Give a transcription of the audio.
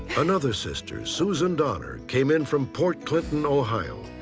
another sister, susan donner, came in from port clinton, ohio.